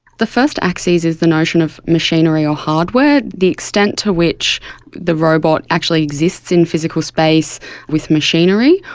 the first axes is the notion of machinery or hardware, the extent to which the robot actually exists in physical space with machinery,